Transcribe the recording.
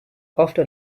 after